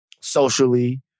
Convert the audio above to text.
socially